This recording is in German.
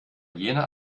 jener